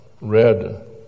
read